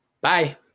Bye